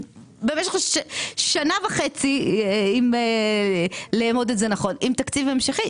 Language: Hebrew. במשך שנה וחצי אם לאמוד את זה נכון עם תקציב המשכי.